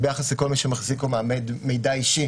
ביחס לכל מי שמחזיק או מאמת מידע אישי,